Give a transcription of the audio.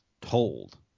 told –